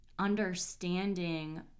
Understanding